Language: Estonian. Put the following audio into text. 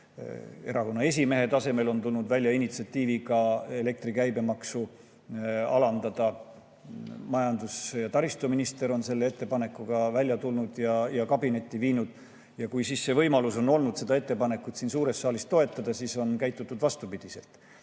erakonna esimehe tasemel on tulnud välja initsiatiiviga elektri käibemaksu alandada. Majandus‑ ja taristuminister on selle ettepanekuga välja tulnud ja selle kabinetti viinud. Ja kui siis on olnud võimalus seda ettepanekut siin suures saalis toetada, siis on käitutud vastupidiselt.